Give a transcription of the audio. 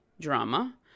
drama